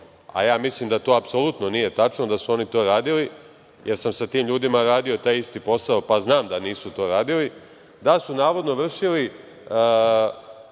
a ja mislim da apsolutno nije tačno da su oni to radili, jer sam sa tim ljudima radio taj isti posao, pa znam da to nisu radili, vršili